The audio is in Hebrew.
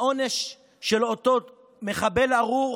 העונש של אותו מחבל ארור